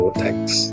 thanks